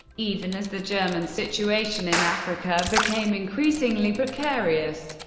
even as the german situation in africa became increasingly precarious.